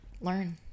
learn